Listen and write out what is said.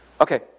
Okay